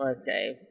okay